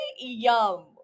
yum